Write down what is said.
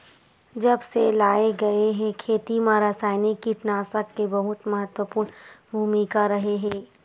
जब से लाए गए हे, खेती मा रासायनिक कीटनाशक के बहुत महत्वपूर्ण भूमिका रहे हे